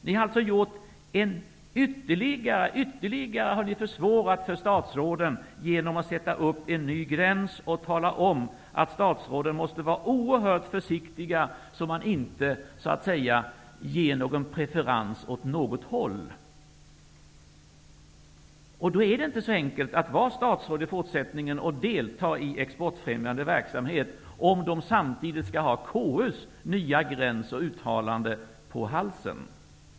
Ni har ytterligare försvårat för statsråden genom att sätta upp en ny gräns och tala om att statsråden måste vara oerhört försiktiga så att de inte ger någon preferens åt något håll. Då blir det inte så enkelt att vara statsråd i fortsättningen och delta i exportfrämjande verksamhet om man samtidigt skall ha KU:s uttalande och nya gräns på halsen.